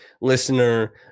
listener